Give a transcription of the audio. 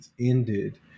ended